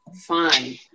Fine